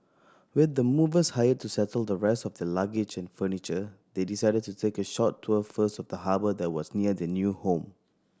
with the movers hired to settle the rest of their luggage and furniture they decided to take a short tour first of the harbour that was near their new home